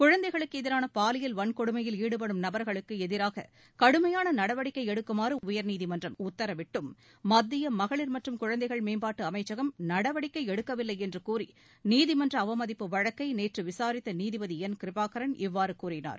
குழந்தைகளுக்கு எதிரான பாலியல் வன்கொடுமையில் ஈடுபடும் நபர்களுக்கு எதிராக கடுமையான நடவடிக்கை எடுக்குமாறு உயா்நீதிமன்றம் உத்தரவிட்டும் மத்திய மகளிா் மற்றும் குழந்தைகள் மேம்பாட்டு அமைச்சகம் நடவடிக்கை எடுக்கவில்லை என்று கூறி நீதிமன்ற அவமதிப்பு வழக்கை நேற்று விளரித்த நீதிபதி என் கிருபாகரன் இவ்வாறு கூறினார்